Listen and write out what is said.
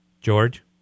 George